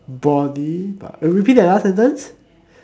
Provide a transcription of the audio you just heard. body can repeat the last sentence